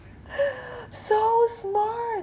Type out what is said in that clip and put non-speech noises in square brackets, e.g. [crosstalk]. [breath] so smart